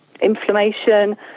inflammation